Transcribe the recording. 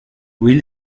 will